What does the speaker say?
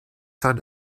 son